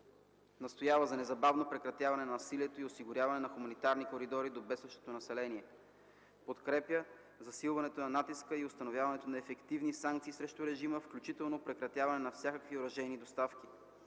Настоява за незабавно прекратяване на насилието и осигуряване на хуманитарни коридори до бедстващото население. . Подкрепя засилване на натиска и установяване на ефективни санкции срещу режима, включително прекратяване на всякакви оръжейни доставки.